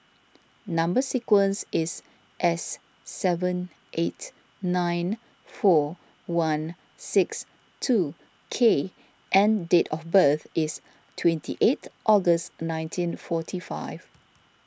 Number Sequence is S seven eight nine four one six two K and date of birth is twenty eight August nineteen forty five